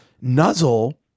Nuzzle